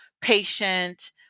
patient